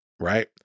right